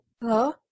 Hello